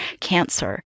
cancer